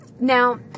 Now